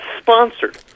sponsored